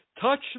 touch